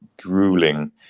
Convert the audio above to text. grueling